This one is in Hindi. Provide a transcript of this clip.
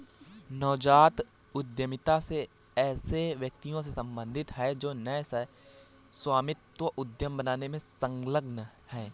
नवजात उद्यमिता ऐसे व्यक्तियों से सम्बंधित है जो नए सह स्वामित्व उद्यम बनाने में संलग्न हैं